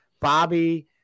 Bobby